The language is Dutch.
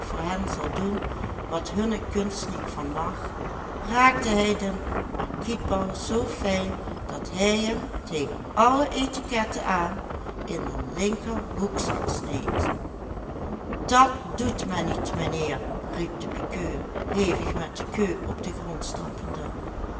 zal doen wat hunne kunst niet vermag raakte hij den acquitbal zoo fijn dat hij hem tegen alle etiquette aan in den linker hoekzak sneed dat doet men niet mijnheer riep de pikeur hevig met de keu op den grond stampende